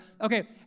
Okay